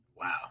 Wow